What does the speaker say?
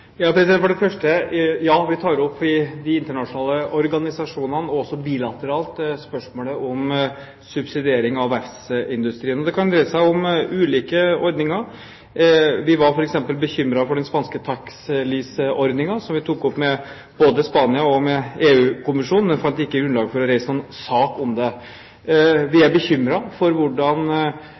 For det første: Ja, vi tar opp i de internasjonale organisasjonene og også bilateralt spørsmålet om subsidiering av verftsindustrien. Det kan dreie seg om ulike ordninger. Vi var f.eks. bekymret for den spanske tax-lease-ordningen, som vi tok opp både med Spania og med EU-kommisjonen, men fant ikke grunnlag for å reise noen sak om det. Vi er bekymret for hvordan